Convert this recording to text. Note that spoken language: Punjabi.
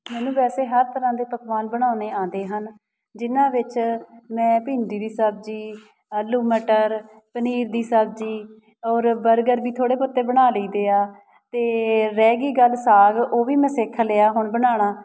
ਮੈਨੂੰ ਵੈਸੇ ਹਰ ਤਰ੍ਹਾਂ ਦੇ ਪਕਵਾਨ ਬਣਾਉਣੇ ਆਉਂਦੇ ਹਨ ਜਿਹਨਾਂ ਵਿੱਚ ਮੈਂ ਭਿੰਡੀ ਦੀ ਸਬਜ਼ੀ ਆਲੂ ਮਟਰ ਪਨੀਰ ਦੀ ਸਬਜ਼ੀ ਔਰ ਬਰਗਰ ਵੀ ਥੋੜ੍ਹੇ ਬਹੁਤੇ ਬਣਾ ਲਈਦੇ ਆ ਅਤੇ ਰਹਿ ਗਈ ਗੱਲ ਸਾਗ ਉਹ ਵੀ ਮੈਂ ਸਿੱਖ ਲਿਆ ਹੁਣ ਬਣਾਉਣਾ